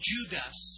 Judas